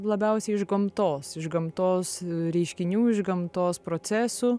labiausiai iš gamtos iš gamtos reiškinių iš gamtos procesų